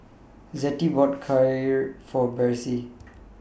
Zettie bought Kheer For Besse